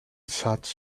such